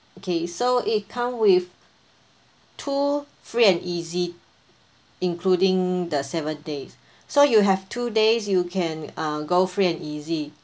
okay so it come with two free and easy including the seven days so you have two days you can uh go free and easy